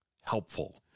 helpful